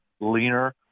leaner